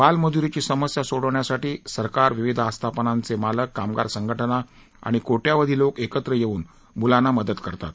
बालमजूरीची समस्या सोडवण्यासाठी सरकार विविध आस्थापनांचे मालक कामगार संघटना आणि कोट्यावधी लोक एकत्र येऊन मुलांना मदत करतात